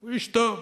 הוא איש טוב,